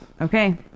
okay